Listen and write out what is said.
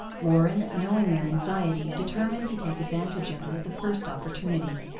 warren, knowing their anxiety, determined to take advantage of it at the first opportunity.